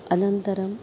अनन्तरम्